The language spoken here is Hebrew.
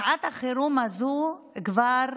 שעת החירום הזו כבר